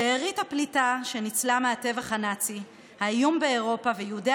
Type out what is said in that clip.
שארית הפליטה שניצלה מהטבח הנאצי האיום באירופה ויהודי